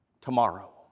tomorrow